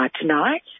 tonight